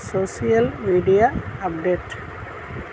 social media update